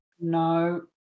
No